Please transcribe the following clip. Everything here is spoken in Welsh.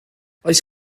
oes